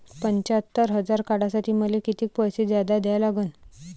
पंच्यात्तर हजार काढासाठी मले कितीक पैसे जादा द्या लागन?